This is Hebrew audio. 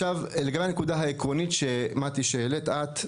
לגבי הנקודה העקרונית שהעלית את,